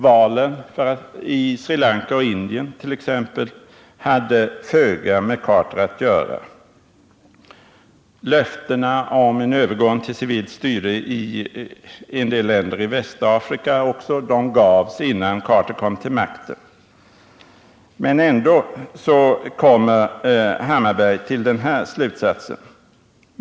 Valen i Indien och Sri Lankat.ex. hade föga med Carter att göra. Löftena om en övergång till civilt styre i en del länder i Västafrika gavs innan Carter kom till makten. Ändock kommer Thomas Hammarberg till den här slutsatsen!